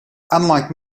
unlike